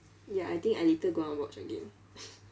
ya I think I later go and watch again